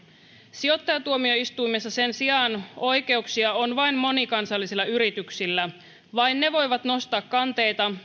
sijoittajatuomioistuimessa sen sijaan oikeuksia on vain monikansallisilla yrityksillä vain ne voivat nostaa kanteita